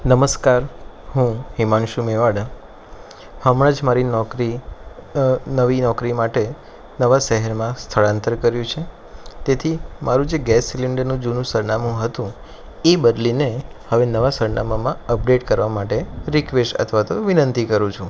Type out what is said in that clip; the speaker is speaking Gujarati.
નમસ્કાર હું હિમાંશુ મેવાડા હમણાં જ મારી નોકરી નવી નોકરી માટે નવા શહેરમાં સ્થળાંતર કર્યું છે તેથી મારું જે ગેસ સિલિન્ડરનું જૂનું સરનામું હતું એ બદલીને હવે નવાં સરનામામાં અપડેટ કરવા માટે રિક્વેસ્ટ અથવા તો વિનંતી કરું છું